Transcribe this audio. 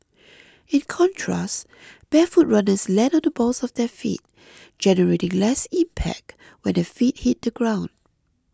in contrast barefoot runners land on the balls of their feet generating less impact when their feet hit the ground